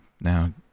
now